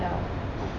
yeah